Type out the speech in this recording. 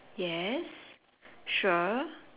yes sure